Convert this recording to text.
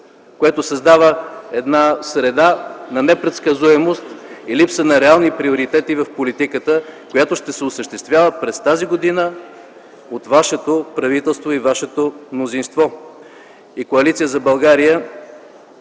Това създава среда на непредсказуемост и липса на реални приоритети в политиката, която ще се осъществява през тази година от вашето правителство и вашето мнозинство.